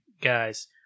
Guys